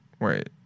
Wait